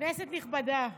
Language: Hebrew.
חבר הכנסת פינדרוס,